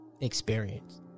experience